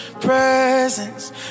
presence